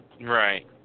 Right